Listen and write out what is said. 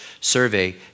survey